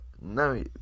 No